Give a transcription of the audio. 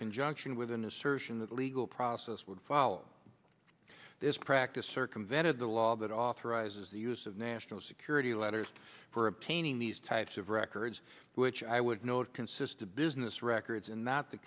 conjunction with an assertion that legal process would follow this practice circumvented the law that authorizes the use of national security letters for obtaining these types of records which i would note consist to business records and not the